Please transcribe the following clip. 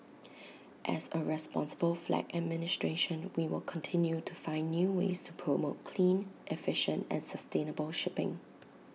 as A responsible flag administration we will continue to find new ways to promote clean efficient and sustainable shipping